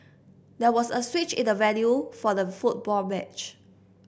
there was a switch in the venue for the football match